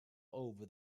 over